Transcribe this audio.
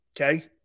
Okay